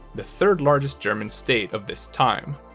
the third largest german state of this time.